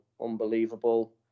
unbelievable